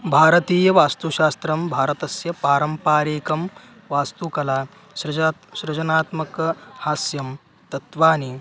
भारतीयवास्तुशास्त्रं भारतस्य पारम्पारिकं वास्तुकला सृज सृजनात्मकहास्यं तत्वानि